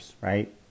right